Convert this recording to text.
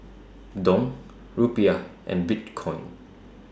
Dong Rupiah and Bitcoin